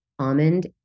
almond